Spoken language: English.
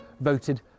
voted